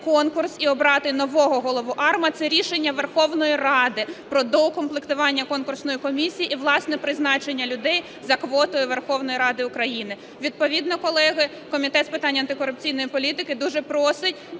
конкурс і обрати нового голову АРМА – це рішення Верховної Ради про доукомплектування конкурсної комісії і, власне, призначення людей за квотою Верховної Ради України. Відповідно, колеги, Комітет з питань антикорупційної політики дуже просить